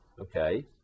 okay